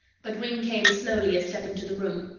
but ringg came slowly a step into the room.